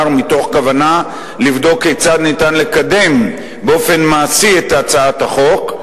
מתוך כוונה לבדוק כיצד ניתן לקדם באופן מעשי את הצעת החוק,